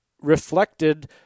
reflected